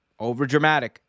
overdramatic